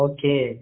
Okay